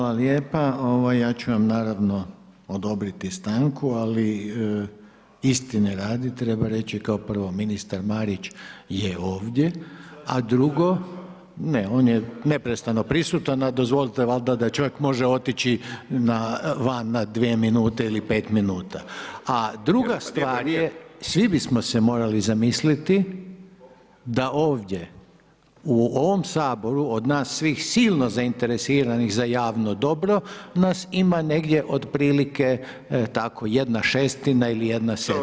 Hvala lijepa, ja ću vam naravno odobriti stanku, ali istine radi, treba reći, kao prvo ministar Marić je ovdje, a drugo, ne on je neprestano prisutan, a dozvolite valjda da čovjek može otići van na 2 minute ili 5 minuta, a druga stvar je svi bismo se morali zamisliti da ovdje u ovom Saboru, od nas svih silno zainteresiranih za javno dobro, nas ima negdje od prilike, tako, jedna šestina, ili jedna sedmina.